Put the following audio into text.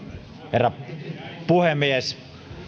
herra puhemies